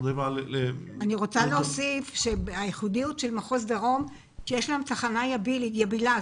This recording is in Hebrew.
מה שמיוחד במחוז הדרום הוא שיש להם תחנה יבילה.